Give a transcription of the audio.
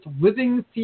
Living